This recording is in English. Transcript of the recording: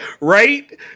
Right